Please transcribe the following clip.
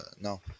No